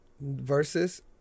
Versus